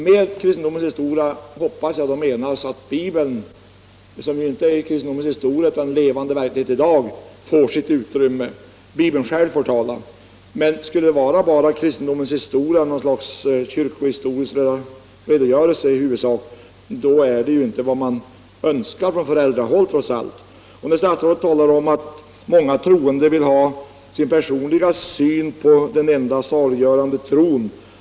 Jag hoppas att det då innebär att Bibeln, som inte är kristendomens historia utan levande verklighet i dag, får sitt utrymme, att Bibeln själv får tala. Skulle man med kristendomens historia mena huvudsakligen något slags kyrkohistorisk redogörelse, då motsvarar undervisningen inte vad som önskas från föräldrahåll. Statsrådet talade om att många troende vill ha in sin personliga syn på den enda saliggörande tron.